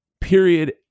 period